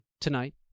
tonight